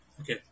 Okay